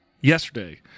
yesterday